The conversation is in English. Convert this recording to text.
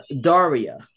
Daria